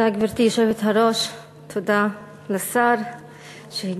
גברתי היושבת-ראש, תודה, תודה לשר שהגיע.